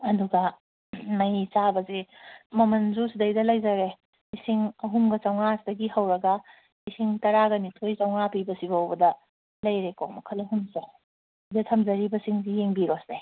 ꯑꯗꯨꯒ ꯃꯩ ꯆꯥꯕꯁꯤ ꯃꯃꯜꯁꯨ ꯁꯤꯗꯩꯗ ꯂꯩꯖꯔꯦ ꯂꯤꯁꯤꯡ ꯑꯍꯨꯝꯒ ꯆꯥꯝꯃꯉꯥ ꯁꯤꯗꯒꯤ ꯍꯧꯔꯒ ꯂꯤꯁꯤꯡ ꯇꯔꯥꯒꯅꯤꯊꯣꯛ ꯆꯥꯝꯃꯉꯥ ꯄꯤꯕꯁꯤ ꯐꯥꯎꯕꯗ ꯂꯩꯔꯦꯀꯣ ꯃꯈꯜ ꯑꯍꯨꯝꯁꯦ ꯁꯤꯗ ꯊꯝꯖꯔꯤꯕꯁꯤꯡꯁꯤ ꯌꯦꯡꯕꯤꯔꯣꯁꯦ